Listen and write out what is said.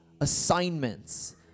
assignments